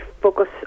focus